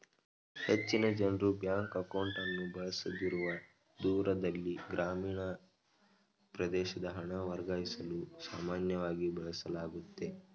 ಹೆಚ್ಚಿನ ಜನ್ರು ಬ್ಯಾಂಕ್ ಅಕೌಂಟ್ಅನ್ನು ಬಳಸದಿರುವ ದೂರದಲ್ಲಿ ಗ್ರಾಮೀಣ ಪ್ರದೇಶದ ಹಣ ವರ್ಗಾಯಿಸಲು ಸಾಮಾನ್ಯವಾಗಿ ಬಳಸಲಾಗುತ್ತೆ